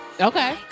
Okay